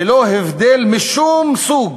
ללא הבדל משום סוג,